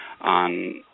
on